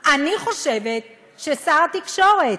אני חושבת ששר התקשורת,